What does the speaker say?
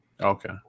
Okay